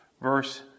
verse